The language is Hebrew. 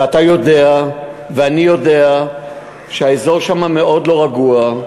ואתה יודע ואני יודע שהאזור שמה מאוד לא רגוע,